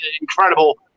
incredible